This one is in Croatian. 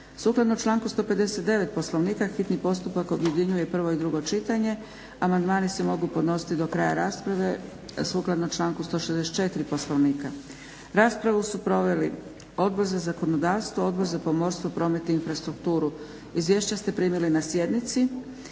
Sukladno članku 159. Poslovnika hitni postupak objedinjuje prvo i drugo čitanje, amandmani se mogu podnositi do kraja rasprave sukladno članku 164. Poslovnika. Raspravu su proveli Odbor za zakonodavstvo, odbor za pomorstvo, promet i infrastrukturu. Izvješća ste primili na sjednici.